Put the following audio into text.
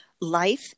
life